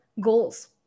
goals